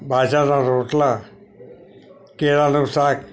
બાજરાના રોટલા કેળાનું શાક